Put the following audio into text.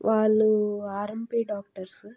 వాళ్ళు RMP doctors